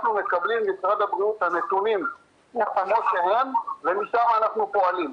אנחנו מקבלים ממשרד הבריאות את הנתונים כמו שהם ומשם אנחנו פועלים.